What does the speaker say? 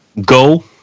Go